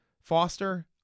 Foster